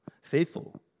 Faithful